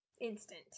instant